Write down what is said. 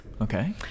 Okay